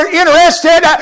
interested